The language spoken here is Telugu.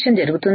జరుగుతుందా